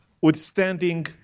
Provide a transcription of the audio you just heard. withstanding